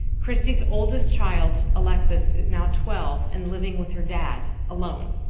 christy's oldest child alexis is now twelve and living with her dad alone.